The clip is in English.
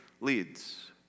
leads